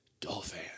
Dolphin